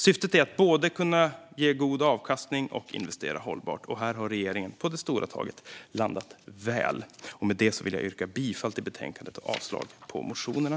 Syftet är att både kunna ge god avkastning och investera hållbart. Här har regeringen på det stora taget landat väl. Med detta vill jag yrka bifall till utskottets förslag och avslag på motionerna.